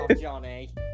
johnny